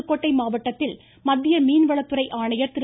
புதுக்கோட்டை மாவட்டத்தில் மத்திய மீன்வளத்துறை ஆணையர் திரு